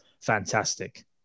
fantastic